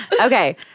Okay